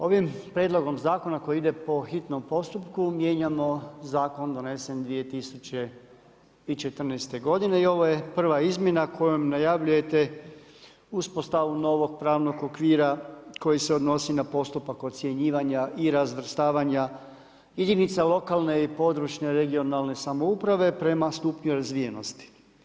Ovim prijedlogom zakona koji ide po hitnom postupku mijenjamo zakon donesen 2014. godine i ovoj e prva izmjena kojom najavljujete uspostavu novog pravnog okvira koji se odnosi na postupak ocjenjivanja i razvrstavanja jedinice lokalne (regionalne) i područne samouprave prema stupnju razvijenosti.